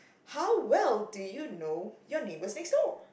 how well do you know your neighbours next door